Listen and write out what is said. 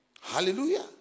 Hallelujah